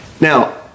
Now